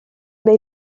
wnei